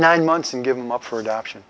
nine months and give them up for adoption